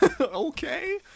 Okay